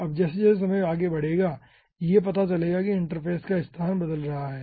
अब जैसे जैसे समय आगे बढ़ेगा यह पता चलेगा कि इंटरफ़ेस का स्थान बदल रहा है